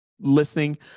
listening